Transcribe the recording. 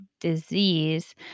disease